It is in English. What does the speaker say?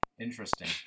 Interesting